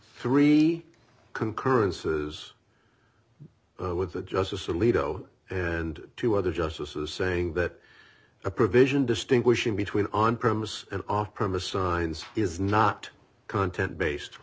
three concurrences with the justice alito and two other justices saying that a provision distinguishing between on premise and off permit signs is not content based